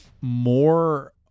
more